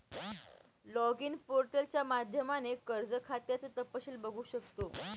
login पोर्टलच्या माध्यमाने कर्ज खात्याचं तपशील बघू शकतो